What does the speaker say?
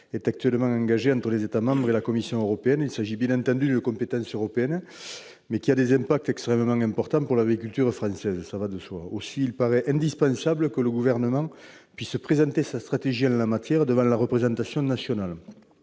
est actuellement engagée entre les États membres et la Commission européenne. Il s'agit bien entendu d'une compétence européenne, mais qui a des impacts extrêmement importants pour l'agriculture française. Aussi, il paraît indispensable que le Gouvernement puisse présenter sa stratégie en la matière devant la représentation nationale.